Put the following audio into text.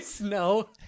No